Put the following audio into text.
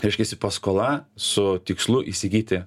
reiškiasi paskola su tikslu įsigyti